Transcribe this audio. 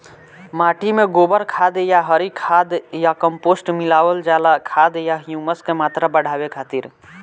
माटी में गोबर खाद या हरी खाद या कम्पोस्ट मिलावल जाला खाद या ह्यूमस क मात्रा बढ़ावे खातिर?